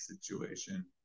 situation